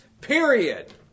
Period